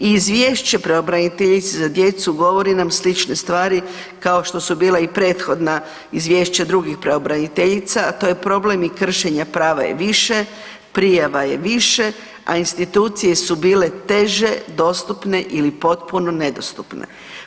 Izvješće pravobraniteljice za djecu govori nam slične stvari kao što su bila i prethodna izvješća drugih pravobraniteljica, a to je problem kršenja prava je više, prijava je više, a institucije su bile teže, dostupno ili potpuno nedostupne.